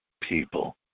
people